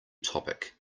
topic